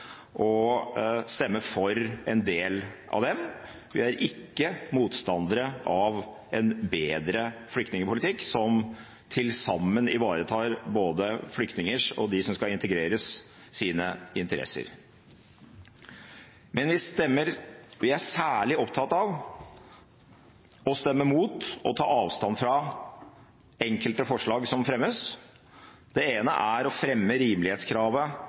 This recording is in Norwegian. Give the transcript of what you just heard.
og stemme for en del av dem. Vi er ikke motstandere av en bedre flyktningpolitikk som til sammen ivaretar både flyktningers og de som skal integreres, sine interesser. Men vi er særlig opptatt av å stemme mot og ta avstand fra enkelte forslag som fremmes. Det ene er forslaget om å fjerne rimelighetskravet